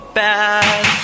bad